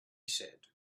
said